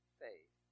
faith